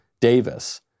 Davis